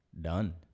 done